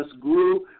grew